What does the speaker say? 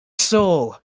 soul